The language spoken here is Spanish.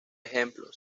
ejemplo